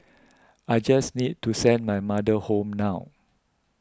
I just need to send my mother home now